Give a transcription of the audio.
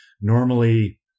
normally